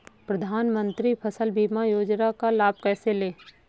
प्रधानमंत्री फसल बीमा योजना का लाभ कैसे लें?